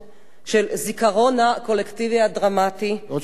על הזיכרון הקולקטיבי הדרמטי, בעוד שלוש שנים.